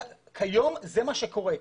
כיום זה מה שקורה.